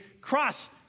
cross